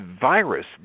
virus